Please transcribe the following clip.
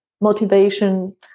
motivation